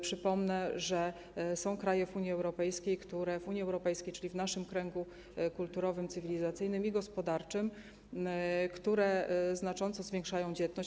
Przypomnę, że są kraje w Unii Europejskiej - w Unii Europejskiej, czyli w naszym kręgu kulturowym, cywilizacyjnym i gospodarczym - które znacząco zwiększają dzietność.